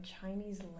Chinese